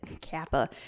kappa